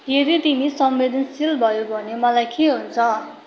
यदि तिमी संवेदनशील भयौ भने मलाई के हुन्छ